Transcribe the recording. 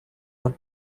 run